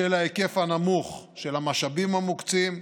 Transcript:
בשל ההיקף הנמוך של המשאבים המוקצים,